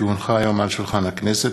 כי הונחו היום על שולחן הכנסת,